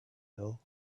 hill